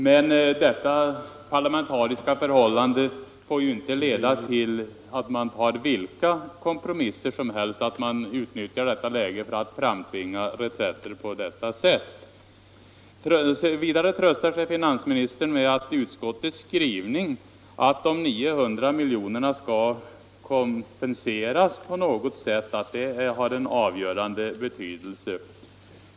Men detta parlamentariska förhållande får ju inte leda till att regeringen gör vilka kompromisser som helst om de borgerliga utnyttjar detta läge för att framtvinga reträtter. Finansministern tröstar sig med att utskottets skrivning har en avgörande betydelse vad gäller att de 900 miljonerna skall kompenseras på något sätt.